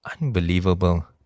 unbelievable